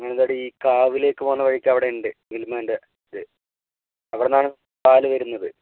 മാനന്തവാടി ഈ കാവിലേക്ക് പോകുന്ന വഴിക്ക് അവിടെ ഉണ്ട് മിൽമ്മാൻ്റെ ഇത് അവിടെനിന്നാണ് പാല് വരുന്നത്